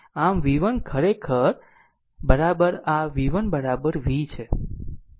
આમ v 1 ખરેખર આ v v 1 v છે